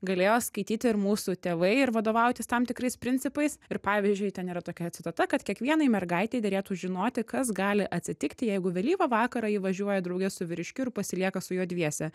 galėjo skaityti ir mūsų tėvai ir vadovautis tam tikrais principais ir pavyzdžiui ten yra tokia citata kad kiekvienai mergaitei derėtų žinoti kas gali atsitikti jeigu vėlyvą vakarą ji važiuoja drauge su vyriškiu ir pasilieka su juo dviese